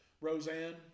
Roseanne